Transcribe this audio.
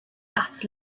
laughed